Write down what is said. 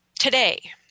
today